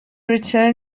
return